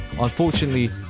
Unfortunately